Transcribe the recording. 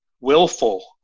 willful